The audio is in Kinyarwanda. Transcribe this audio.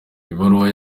ibaruwa